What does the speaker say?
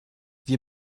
wir